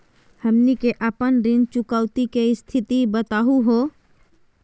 हमनी के अपन ऋण चुकौती के स्थिति बताहु हो?